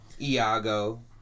Iago